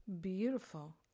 beautiful